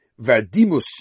Verdimus